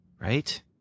right